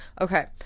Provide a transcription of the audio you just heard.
Okay